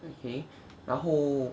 okay 然后